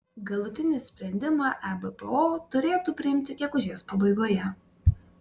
galutinį sprendimą ebpo turėtų priimti gegužės pabaigoje